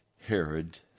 Herod